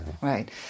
Right